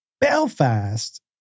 Belfast